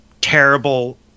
terrible